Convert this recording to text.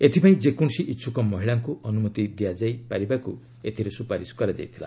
ଏଥିପାଇଁ ଯେକୌଣସି ଇଚ୍ଛୁକ ମହିଳାଙ୍କୁ ଅନୁମତି ଦିଆଯାଇ ପାରିବାକୁ ଏଥିରେ ସୁପାରିଶ କରାଯାଇଥିଲା